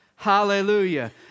Hallelujah